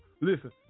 listen